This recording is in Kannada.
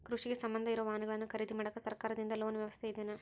ಕೃಷಿಗೆ ಸಂಬಂಧ ಇರೊ ವಾಹನಗಳನ್ನು ಖರೇದಿ ಮಾಡಾಕ ಸರಕಾರದಿಂದ ಲೋನ್ ವ್ಯವಸ್ಥೆ ಇದೆನಾ?